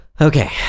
okay